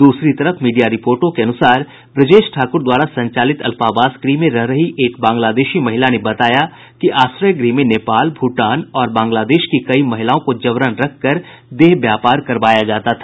दूसरी तरफ मीडिया रिपोर्टों के अनुसार ब्रजेश ठाकुर द्वारा संचालित अल्पावास गृह में रह रही एक बांग्लादेशी महिला ने बताया है कि आश्रय गृह में नेपाल भूटान और बांग्लादेश की कई महिलाओं को जबरन रखकर देह व्यापार करवाया जाता था